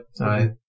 Aye